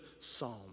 psalm